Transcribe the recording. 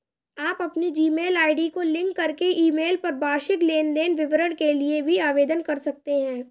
आप अपनी Gmail ID को लिंक करके ईमेल पर वार्षिक लेन देन विवरण के लिए भी आवेदन कर सकते हैं